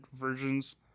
versions